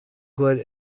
good